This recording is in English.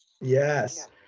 Yes